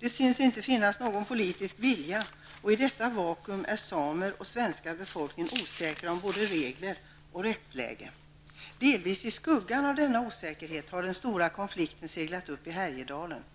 Det syns inte finnas någon politisk vilja, och i detta vakuum är samer och Sveriges befolkning osäkra om både regler och rättsläge. Delvis i skuggan av denna osäkerhet har den stora konflikten i Härjedalen seglat upp.